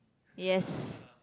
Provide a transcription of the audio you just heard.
yes